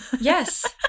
Yes